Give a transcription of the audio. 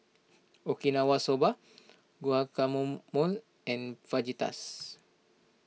Okinawa Soba Guacamole and Fajitas